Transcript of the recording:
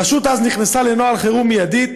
הרשות נכנסה אז לנוהל חירום מיידית.